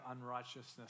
unrighteousness